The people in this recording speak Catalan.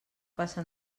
passa